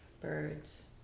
birds